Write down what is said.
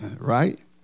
Right